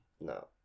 No